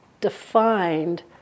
defined